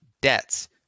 debts